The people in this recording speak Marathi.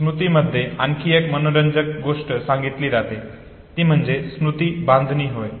स्मृतीमध्ये आणखी एक मनोरंजक गोष्ट देखील सांगितली जाते ती म्हणजे स्मृती बांधणी होय